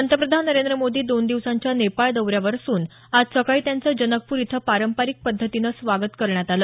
पंतप्रधान नरेंद्र मोदी दोन दिवसांच्या नेपाळ दौऱ्यावर असून आज सकाळी त्यांचं जनकपूर इथं पारंपारिक पद्धतीनं स्वागत करण्यात आलं